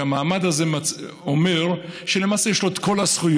והמעמד הזה אומר שלמעשה יש לו את כל הזכויות,